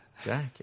Jack